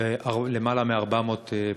ויותר מ-400 פצועים,